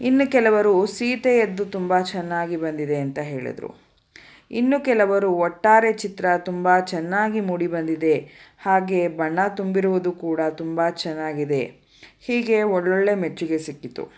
ಇನ್ನು ಕೆಲವರು ಸೀತೆಯದ್ದು ತುಂಬ ಚೆನ್ನಾಗಿ ಬಂದಿದೆ ಅಂತ ಹೇಳಿದರು ಇನ್ನು ಕೆಲವರು ಒಟ್ಟಾರೆ ಚಿತ್ರ ತುಂಬ ಚೆನ್ನಾಗಿ ಮೂಡಿ ಬಂದಿದೆ ಹಾಗೆ ಬಣ್ಣ ತುಂಬಿರುವುದು ಕೂಡ ತುಂಬ ಚೆನ್ನಾಗಿದೆ ಹೀಗೆ ಒಳ್ಳೊಳ್ಳೆ ಮೆಚ್ಚುಗೆ ಸಿಕ್ಕಿತು